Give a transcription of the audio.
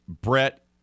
Brett